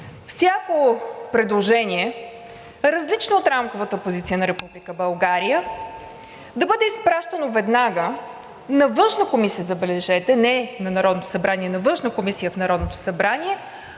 „Всяко предложение, различно от рамковата позиция на Република България, да бъде изпращано веднага на Външната комисия, забележете – не на Народното събрание, а на Външната комисия в Народното събрание,